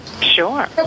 Sure